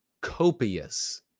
copious